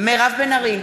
מירב בן ארי,